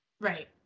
Right